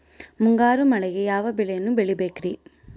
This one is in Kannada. ಮುಂಗಾರು ಮಳೆಗೆ ಯಾವ ಬೆಳೆಯನ್ನು ಬೆಳಿಬೇಕ್ರಿ?